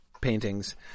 paintings